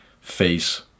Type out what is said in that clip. face